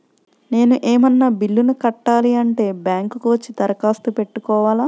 నేను ఏమన్నా బిల్లును కట్టాలి అంటే బ్యాంకు కు వచ్చి దరఖాస్తు పెట్టుకోవాలా?